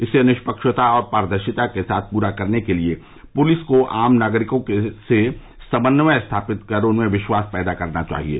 इसे निष्पक्षता और पारदर्शिता के साथ पूरा करने के लिये पूलिस को आम नागरिकों से समन्वय स्थापित कर उनमें विश्वास पैदा करना चाहिये